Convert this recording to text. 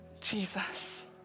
Jesus